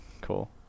Cool